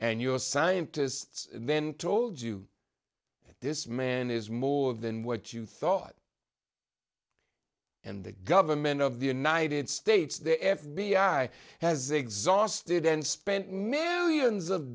and your scientists then told you that this man is more than what you thought and the government of the united states the f b i has exhausted and spent millions of